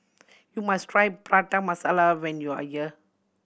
you must try Prata Masala when you are here